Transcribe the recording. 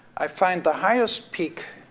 i find the highest peak